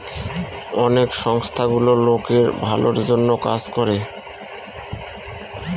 অনেক সংস্থা গুলো লোকের ভালোর জন্য কাজ করে